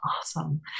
Awesome